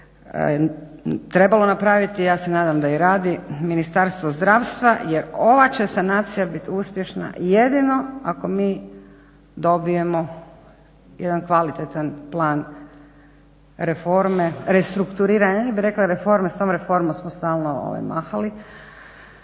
trebalo napraviti i ja se nadam da je radi Ministarstvo zdravstva jer ova će sanacija biti uspješna jedino ako mi dobijemo jedan kvalitetan plan reforme, restrukturiranja. Ne bih rekla reforme s tom reformom smo stalno mahali,